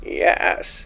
yes